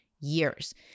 years